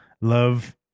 love